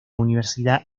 universidad